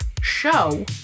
show